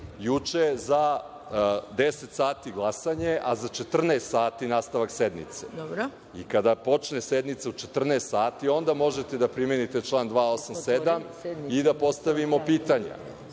juče za 10.00 sati glasanje, a za 14.00 sati nastavak sednice. I kada počne sednica u 14.00 sati, onda možete da primenite član 287. i da postavimo pitanja. Imali